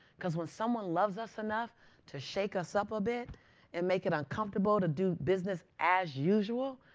because when someone loves us enough to shake us up a bit and make it uncomfortable to do business as usual,